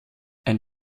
ein